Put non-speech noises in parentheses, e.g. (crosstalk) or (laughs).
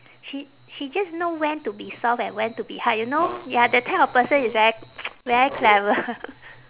she she just know when to be soft and when to be hard you know ya that type of person is very (noise) very clever (laughs)